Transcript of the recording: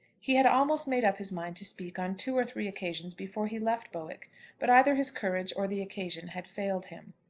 he had almost made up his mind to speak on two or three occasions before he left bowick but either his courage or the occasion had failed him.